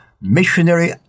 missionary